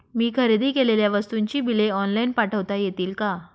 मी खरेदी केलेल्या वस्तूंची बिले ऑनलाइन पाठवता येतील का?